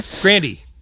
Grandy